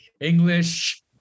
English